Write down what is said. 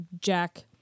Jack